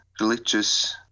religious